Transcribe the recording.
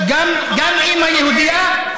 גם אימא יהודייה,